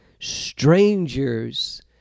strangers